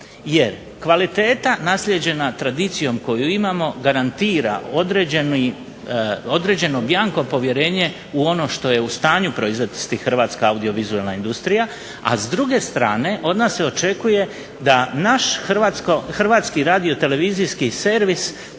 Jer kvaliteta naslijeđena tradicijom koju imamo garantira određeno bianco povjerenje u ono što je u stanju proizvesti hrvatska audiovizualna industrija, a s druge strane od nas se očekuje da naš hrvatsko radiotelevizijski servis